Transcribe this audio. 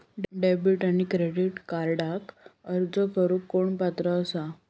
Debit आणि credit कार्डक अर्ज करुक कोण पात्र आसा?